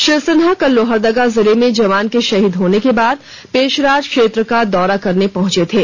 श्री सिन्हा कल लोहरदगा जिले में जवान के शहीद होने के बाद पेशरार क्षेत्र को दौरा करने पहंचे थे